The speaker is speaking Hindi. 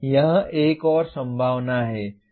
यह एक और संभावना है